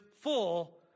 full